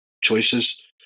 choices